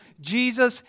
Jesus